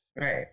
Right